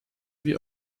wir